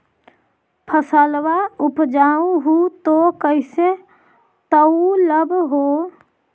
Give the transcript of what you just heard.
फसलबा उपजाऊ हू तो कैसे तौउलब हो?